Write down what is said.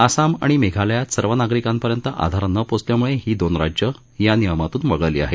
आसाम आणि मेघालयात सर्व नागरिकांपर्यंत आधार न पोचल्यामुळे ही दोन राज्य या नियमातून वगळली आहेत